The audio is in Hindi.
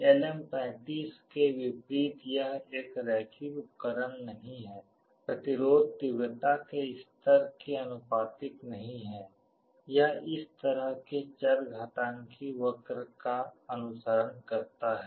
LM35 के विपरीत यह एक रैखिक उपकरण नहीं है प्रतिरोध तीव्रता के स्तर के आनुपातिक नहीं है यह इस तरह के चरघातांकी वक्र का अनुसरण करता है